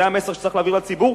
זה המסר שצריך להעביר לציבור,